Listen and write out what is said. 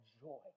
joy